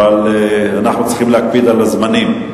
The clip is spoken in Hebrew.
אבל אנחנו צריכים להקפיד על הזמנים.